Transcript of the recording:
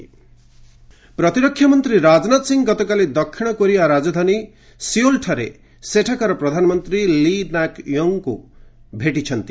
Rajnath south Korea ପ୍ରତିରକ୍ଷା ମନ୍ତ୍ରୀ ରାଜନାଥ ସିଂ ଗତକାଲି ଦକ୍ଷିଣ କୋରିଆ ରାଜଧାନୀ ସିଓଲଠାରେ ସେଠାକାର ପ୍ରଧାନମନ୍ତ୍ରୀ ଲି ନାକ୍ ୟୋନଙ୍କୁ ଭେଟିଛନ୍ତି